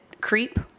Creep